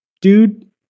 dude